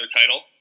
title